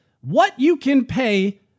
what-you-can-pay